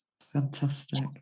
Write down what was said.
Fantastic